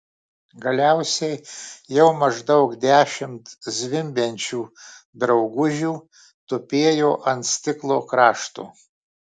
galiausiai jau maždaug dešimt zvimbiančių draugužių tupėjo ant stiklo krašto